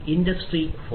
industry 4